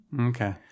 Okay